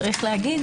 צריך להגיד